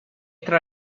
tra